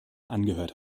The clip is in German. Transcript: angehört